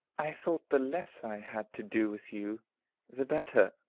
i thought the less i had to do with you the better.